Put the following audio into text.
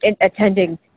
attending